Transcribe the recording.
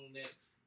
next